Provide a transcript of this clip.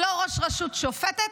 הוא לא ראש רשות שופטת,